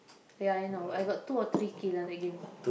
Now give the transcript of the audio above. ya I know I got two or three kill lah that game